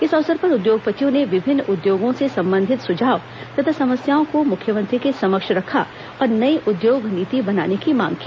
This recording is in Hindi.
इस अवसर पर उद्योगपतियों ने विभिन्न उद्योगों से संबंधित सुझाव तथा समस्याओं को मुख्यमंत्री के समक्ष रखा और नई उद्योग नीति बनाने की मांग की